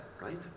right